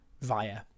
via